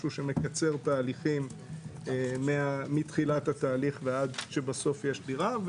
משהו שמקצר תהליכים מתחילת התהליך ועד שבסוף יש דירה.